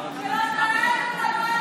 למי